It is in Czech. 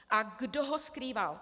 A kdo ho skrýval?